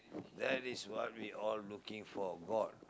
that is what we all looking for god